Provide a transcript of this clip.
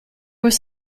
was